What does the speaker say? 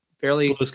fairly